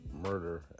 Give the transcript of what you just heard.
murder